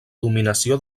dominació